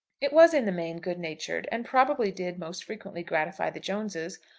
it was in the main good-natured, and probably did most frequently gratify the joneses,